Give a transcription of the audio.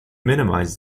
minimize